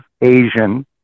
asian